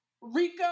rico